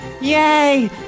Yay